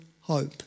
hope